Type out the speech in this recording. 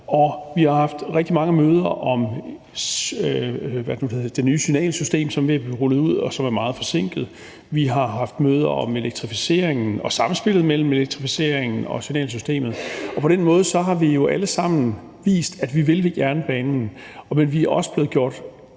vi har haft rigtig mange møder om det nye signalsystem, som er ved at blive rullet ud, og som er meget forsinket, vi har haft møder om elektrificeringen og samspillet mellem elektrificeringen og signalsystemet, og på den måde har vi jo alle sammen vist, at vi vil jernbanen. Men vi er også blevet gjort